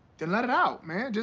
then let it out, man.